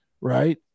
right